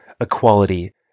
equality